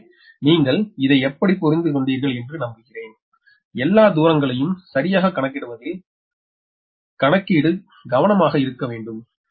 எனவே நீங்கள் இதை எப்படி புரிந்து கொண்டீர்கள் என்று நம்புகிறேன் எல்லா தூரங்களையும் சரியாக கணக்கிடுவதில் கணக்கீடு கவனமாக இருக்க வேண்டும்